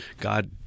God